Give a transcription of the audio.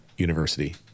university